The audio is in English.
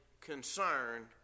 concerned